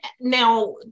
Now